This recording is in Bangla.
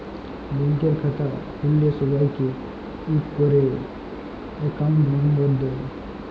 ব্যাংকের খাতা খুল্ল্যে সবাইকে ইক ক্যরে একউন্ট লম্বর দেয়